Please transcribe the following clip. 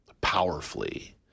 powerfully